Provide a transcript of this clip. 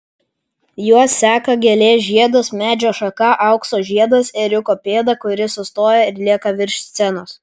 juos seka gėlės žiedas medžio šaka aukso žiedas ėriuko pėda kuri sustoja ir lieka virš scenos